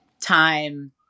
time